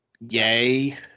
Yay